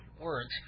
words